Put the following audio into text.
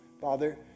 Father